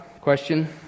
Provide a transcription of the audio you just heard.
Question